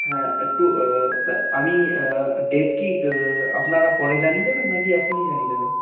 হ্যাঁ একটু তা আমি ডেট কি আপনারা পরে জানিয়ে দেবেন নাকি এখনই জানিয়ে দেবেন